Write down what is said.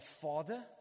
father